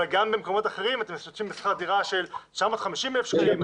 אבל גם במקומות אחרים אתם משתתפים בשכר דירה של 950,000 שקלים,